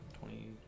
Twenty